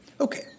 Okay